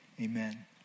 amen